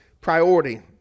priority